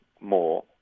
more